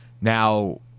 now